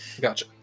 gotcha